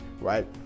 right